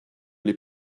les